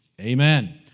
amen